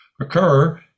occur